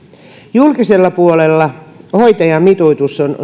julkisella puolella hoitajamitoitus